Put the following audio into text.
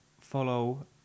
follow